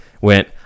went